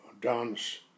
dance